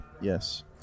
Yes